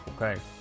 Okay